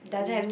do you